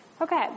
Okay